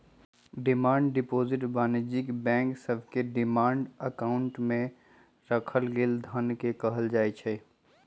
demand deposit वाणिज्यिक bank सभके demand account में राखल गेल धन के कहल जाइ छै